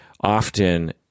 often